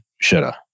shoulda